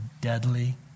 deadly